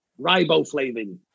Riboflavin